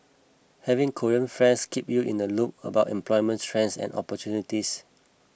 having Korean friends keep you in the loop about employment trends and opportunities